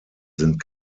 sind